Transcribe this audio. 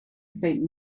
faint